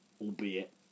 albeit